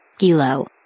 Gilo